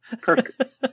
Perfect